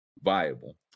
viable